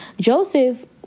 Joseph